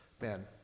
man